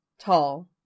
tall